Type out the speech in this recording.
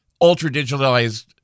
ultra-digitalized